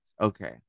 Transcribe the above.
Okay